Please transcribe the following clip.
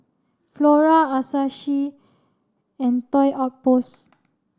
Flora Asahi and Toy Outpost